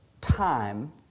time